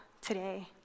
today